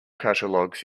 catalogues